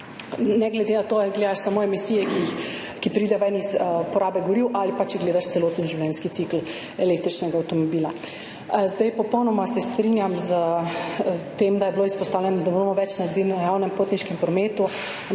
ne glede na to, ali gledaš samo emisije, ki pridejo iz porabe goriv, ali pa če gledaš celoten življenjski cikel električnega avtomobila. Popolnoma se strinjam s tem, kar je bilo izpostavljeno, da moramo več narediti za javni potniški promet.